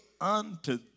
unto